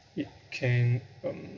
it can um